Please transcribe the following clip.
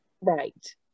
Right